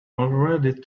already